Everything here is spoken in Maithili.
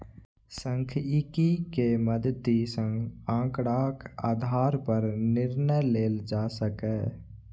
सांख्यिकी के मदति सं आंकड़ाक आधार पर निर्णय लेल जा सकैए